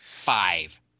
five